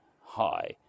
high